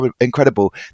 incredible